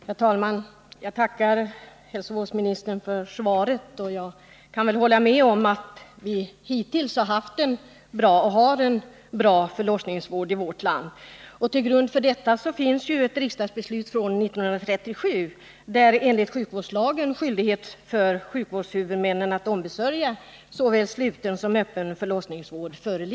Herr talman! Jag tackar hälsovårdsministern för svaret. Jag håller med om att vi hittills har haft och fortfarande har en bra förlossningsvård i vårt land. Till grund för detta finns ett riksdagsbeslut från 1937, där enligt sjukvårdslagen skyldighet föreligger för sjukvårdshuvudmännen att ombesörja såväl sluten som öppen förlossningsvård.